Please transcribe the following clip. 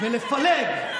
חבר הכנסת קיש.